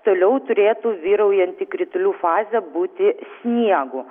toliau turėtų vyraujanti kritulių fazė būti sniegu